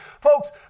folks